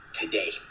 today